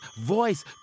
voice